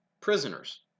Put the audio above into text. prisoners